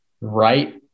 Right